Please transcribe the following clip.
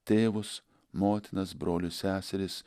tėvus motinas brolius seseris